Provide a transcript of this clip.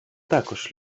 також